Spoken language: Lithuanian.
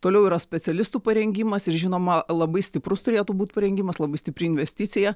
toliau yra specialistų parengimas ir žinoma labai stiprus turėtų būti parengimas labai stipri investicija